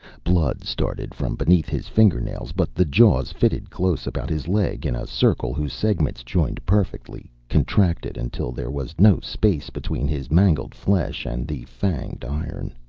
blood started from beneath his finger nails, but the jaws fitted close about his leg in a circle whose segments jointed perfectly, contracted until there was no space between his mangled flesh and the fanged iron.